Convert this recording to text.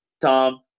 Tom